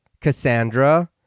Cassandra